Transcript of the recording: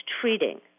treating